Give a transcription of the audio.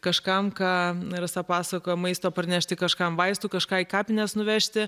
kažkam ką rasa pasakojo maistą parnešti kažkam vaistų kažką į kapines nuvežti